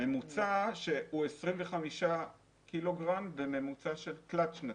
הממוצע הוא 25 קילוגרם, בממוצע תלת שנתי.